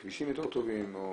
כבישים יותר טובים או